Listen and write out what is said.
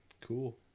Cool